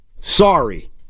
Sorry